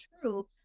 true